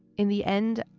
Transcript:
in the end,